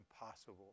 impossible